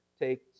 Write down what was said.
take